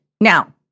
Now—